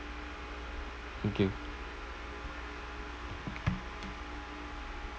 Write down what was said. thank you